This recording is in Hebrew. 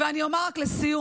ואני אומר רק לסיום: